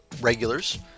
regulars